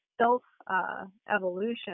self-evolution